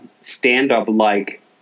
stand-up-like